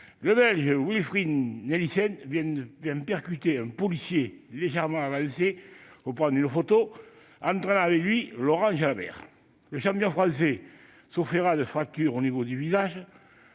Le Belge Wilfried Nelissen vint percuter un policier légèrement avancé pour prendre une photo, entraînant avec lui Laurent Jalabert. Le champion français souffrira de fractures au niveau du visage,